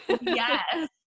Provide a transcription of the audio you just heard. Yes